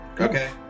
Okay